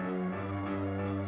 i do